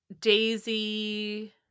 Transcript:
Daisy